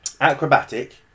Acrobatic